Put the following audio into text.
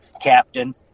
captain